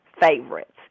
favorites